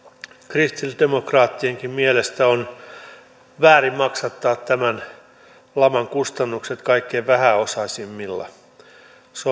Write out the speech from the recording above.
kristillisdemokraattienkin mielestä on väärin maksattaa tämän laman kustannukset kaikkein vähäosaisimmilla se